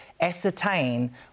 ascertain